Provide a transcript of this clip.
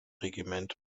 regiment